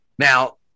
Now